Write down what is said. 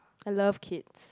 I love kids